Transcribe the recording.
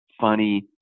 funny